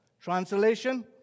Translation